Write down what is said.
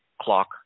Clock